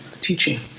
teaching